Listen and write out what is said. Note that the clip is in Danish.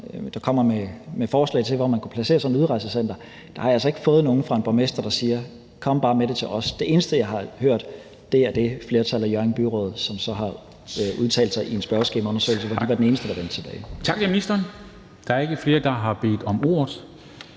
der kommer med forslag til, hvor man kunne placere sådan et udrejsecenter, har jeg altså ikke fået nogen fra en borgmester, der siger: Kom bare med det til os. Det eneste, jeg har hørt, er fra det flertal i Hjørring byråd, som har udtalt sig i en spørgeskemaundersøgelse, og hvor de var de eneste, der vendte tilbage. Kl. 14:20 Formanden (Henrik Dam Kristensen): Tak til ministeren. Der er ikke flere, der har bedt om ordet.